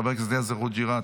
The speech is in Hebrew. חבר הכנסת יאסר חוג'יראת,